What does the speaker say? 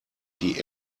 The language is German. die